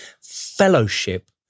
fellowship